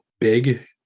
big